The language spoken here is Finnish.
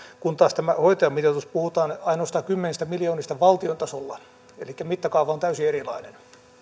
kun taas tässä hoitajamitoituksessa puhutaan ainoastaan kymmenistä miljoonista valtion tasolla elikkä mittakaava on täysin erilainen